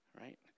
right